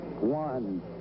one